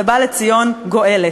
ובא לציון גואלת.